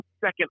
second